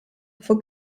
for